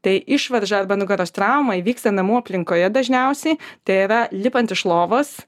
tai išvarža arba nugaros trauma įvyksta namų aplinkoje dažniausiai tai yra lipant iš lovos